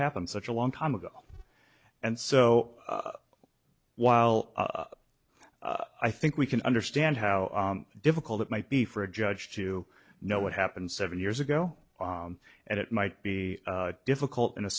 happened such a long time ago and so while i think we can understand how difficult it might be for a judge to know what happened seven years ago and it might be difficult in a